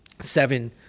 seven